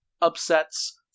upsets